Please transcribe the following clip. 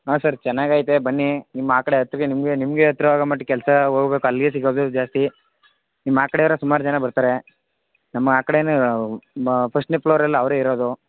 ಹಾಂ ಸರ್ ಚೆನ್ನಾಗಿ ಐತೆ ಬನ್ನಿ ನಿಮ್ಮ ಆ ಕಡೆ ಅತ್ತಗೆ ನಿಮಗೆ ನಿಮಗೆ ಹತ್ರವಾಗೋ ಮಟ್ಟಿಗೆ ಕೆಲಸ ಹೋಗಬೇಕು ಅಲ್ಲಿಗೆ ಸಿಗೋದು ಜಾಸ್ತಿ ನಿಮ್ಮ ಆ ಕಡೆ ಅವರೇ ಸುಮಾರು ಜನ ಬರ್ತಾರೆ ನಮ್ಮ ಆ ಕಡೆನೇ ಬ ಫಸ್ಟ್ನೇ ಫ್ಲೋರ್ ಅಲ್ಲಿ ಅವರೇ ಇರೋದು